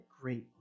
great